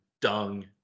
dung